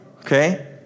Okay